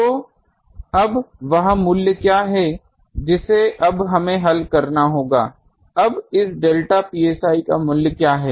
तो अब वह मूल्य क्या है जिसे अब हमें हल करना होगा अब इस डेल्टा psi का मूल्य क्या है